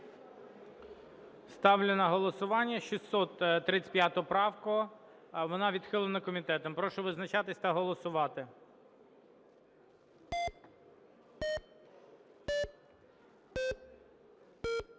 Ставлю на голосування 635 правку, вона відхилена комітетом. Прошу визначатись та голосувати.